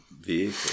vehicle